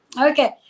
okay